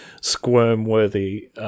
squirm-worthy